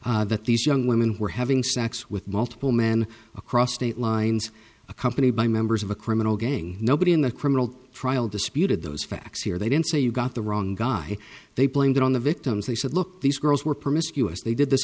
that these young women were having sex with multiple men across state lines accompanied by members of a criminal gang nobody in the criminal trial disputed those facts here they didn't say you got the wrong guy they blamed it on the victims they said look these girls were promised us they did this